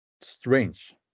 strange